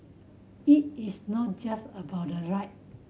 it is not just about the right